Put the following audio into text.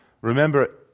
Remember